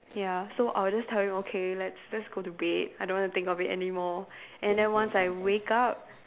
ya so I will just tell him okay let's just go to bed I don't want think of it anymore and then once I wake up